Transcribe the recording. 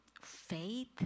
faith